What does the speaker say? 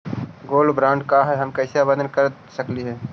Gold bond का है, हम कैसे आवेदन कर सकली ही?